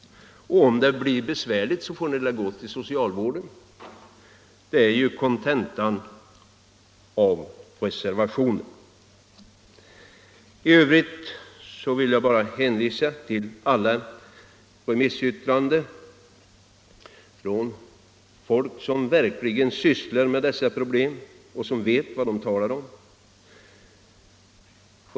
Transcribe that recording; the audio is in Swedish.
Om det blir besvärligt får ni väl gå till socialvården, säger moderaterna. Det är kontentan av reservationen. I övrigt vill jag hänvisa till remissyttrandena. De är skrivna av folk som sysslar med dessa problem och verkligen vet vad de talar om.